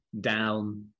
down